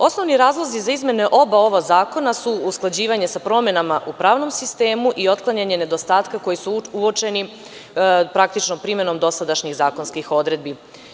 Osnovni razlozi za izmene oba ova zakona su usklađivanje sa promenama u pravnom sistemu i otklanjanje nedostatka koji su uočeni praktično primenom dosadašnjih zakonskih odredbi.